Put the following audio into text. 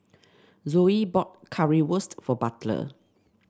Zoey bought Currywurst for Butler